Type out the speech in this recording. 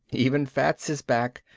even fats is back,